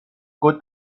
good